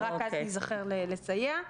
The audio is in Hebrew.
ורק אז ניזכר לסייע.